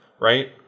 right